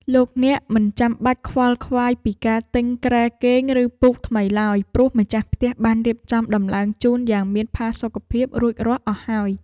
លោកអ្នកមិនចាំបាច់ខ្វល់ខ្វាយពីការទិញគ្រែគេងឬពូកថ្មីឡើយ ព្រោះម្ចាស់ផ្ទះបានរៀបចំដំឡើងជូនយ៉ាងមានផាសុកភាពរួចរាល់អស់ហើយ។